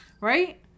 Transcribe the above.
Right